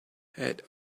had